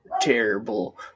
terrible